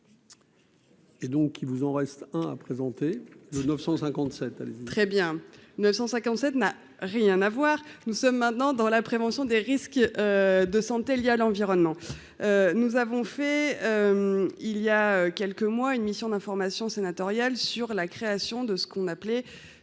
Et donc il vous en reste, hein, a présenté le 957 allez. Très bien 957 n'a rien à voir, nous sommes maintenant dans la prévention des risques de santé liés à l'environnement, nous avons fait. Il y a quelques mois, une mission d'information sénatoriale sur la création de ce qu'on appelait,